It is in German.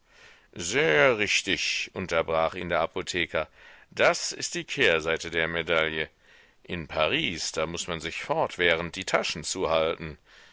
sehr richtig unterbrach ihn der apotheker das ist die kehrseite der medaille in paris da muß man sich fortwährend die taschen zuhalten